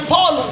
Paul